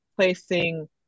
placing